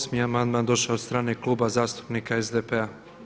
8. amandman došao je od strane Kluba zastupnika SDP-a.